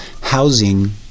housing